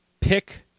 pick